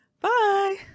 Bye